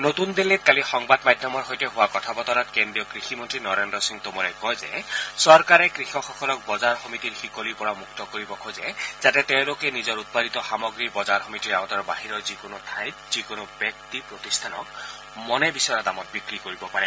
নতন দিল্লীত কালি সংবাদ মাধ্যমৰ সৈতে হোৱ কথা বতৰাত কেন্দ্ৰীয় কৃষিমন্ত্ৰী নৰেদ্ৰ সিং টোমৰে কয় যে চৰকাৰে কৃষকসকলক বজাৰ সমিতিৰ শিকলিৰ পৰা মুক্ত কৰিব খোজে যাতে তেওঁলোকে নিজৰ উৎপাদিত সামগ্ৰী বজাৰ সমিতিৰ আওতাৰ বাহিৰৰ যিকোনো ঠাইত যিকোনো ব্যক্তি প্ৰতিষ্ঠানক মনে বিচৰা দামত বিক্ৰী কৰিব পাৰে